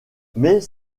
mais